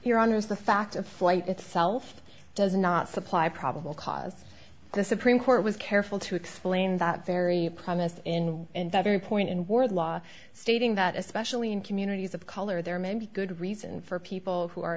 here on news the fact of flight itself does not supply probable cause the supreme court was careful to explain that very premise in that very point in world law stating that especially in communities of color there may be good reason for people who are